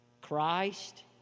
Christ